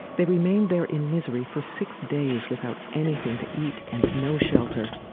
they remained there in misery for six days without anything to eat and no shelter.